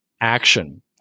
action